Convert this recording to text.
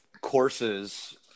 courses